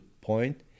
point